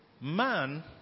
Man